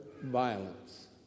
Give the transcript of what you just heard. violence